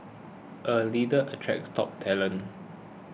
a leader attracts top talent